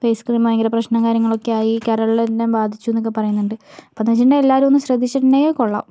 face cream ഭയങ്കര പ്രശ്നവും കാര്യങ്ങളൊക്കെയായി കരളിനെ ബാധിച്ചുവെന്നൊക്കെപ്പറയുന്നുണ്ട് അപ്പോളെന്നുവെച്ചിട്ടുണ്ടെങ്കിൽ എല്ലാവരുമൊന്നു ശ്രദ്ധിച്ചിട്ടുണ്ടെങ്കിൽ കൊള്ളാം